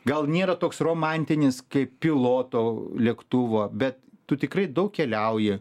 gal nėra toks romantinis kaip piloto lėktuvo bet tu tikrai daug keliauji